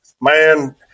Man